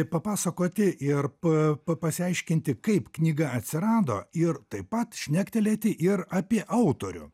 papasakoti ir p pasiaiškinti kaip knyga atsirado ir taip pat šnektelėti ir apie autorių